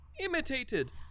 imitated